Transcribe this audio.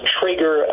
trigger